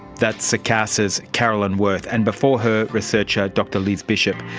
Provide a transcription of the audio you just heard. that's secasa's carolyn worth, and before her, researcher dr liz bishop.